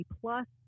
Plus